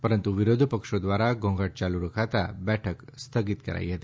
પરંતુ વિરોધપક્ષો દ્વારા ઘોંઘાટ યાલુ રખાતા બેઠક સ્થગિત કરાઈ હતી